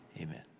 Amen